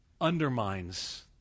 Undermines